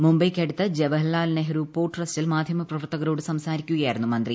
മുംബൈയ്ക്കടുത്ത് Jawaharlal Nehru port ട്രസ്സിൽ മാധ്യമപ്രവർത്തകരോട് സംസാരിക്കുകയായിരുന്നു മന്ത്രി